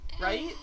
right